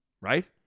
right